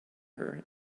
her